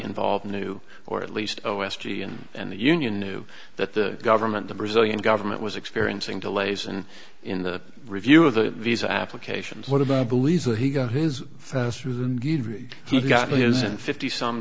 involved knew or at least o s d and and the union knew that the government the brazilian government was experiencing delays and in the review of the visa applications what about believes that he got his faster than he got he isn't fifty some